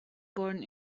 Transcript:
born